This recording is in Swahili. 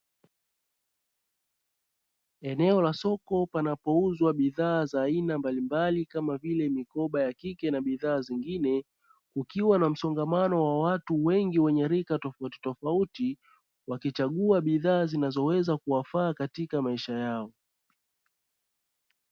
Eneo la soko panapouzwa bidhaa za aina mbalimbali kama vile mikoba ya kike na bidhaa zingine, kukiwa na msongamano wa watu wengi wenye rika tofauti tofauti, wakichagua bidhaa zinazoweza kuwafaa katika maisha yao.